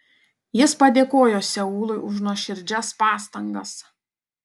jis padėkojo seului už nuoširdžias pastangas